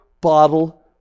bottle